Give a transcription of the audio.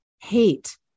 hate